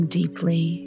deeply